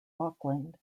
auckland